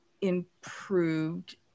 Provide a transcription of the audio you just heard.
improved